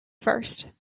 first